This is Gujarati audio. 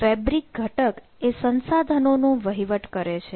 ફેબ્રિક ઘટક એ સંસાધનોનો વહીવટ કરે છે